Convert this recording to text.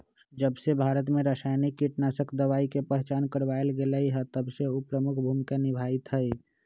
जबसे भारत में रसायनिक कीटनाशक दवाई के पहचान करावल गएल है तबसे उ प्रमुख भूमिका निभाई थई